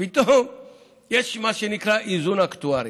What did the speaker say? ופתאום יש מה שנקרא איזון אקטוארי.